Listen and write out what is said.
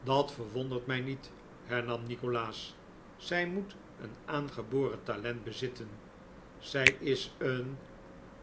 dat verwondert mij niet hernam nikolaas zij moet een aangeboren talent bezitten zij is een